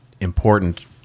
important